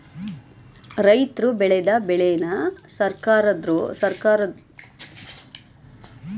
ರೈತರ್ರು ಬೆಳದ ಬೆಳೆನ ಸರ್ಕಾರದವ್ರು ಹೊರದೇಶಕ್ಕೆ ಕಳಿಸ್ತಾರೆ